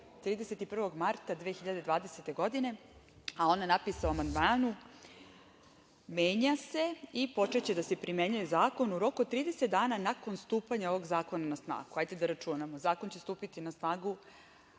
31. marta 2020. godine. A, ona napisa u amandmanu – menja se i počeće da se primenjuje zakon u roku od 30 dana nakon stupanja ovog zakona na snagu. Hajde da računamo. Zakon će stupiti na snagu